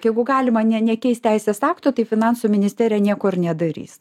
jeigu galima ne nekeis teisės aktų tai finansų ministerija nieko ir nedarys